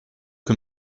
que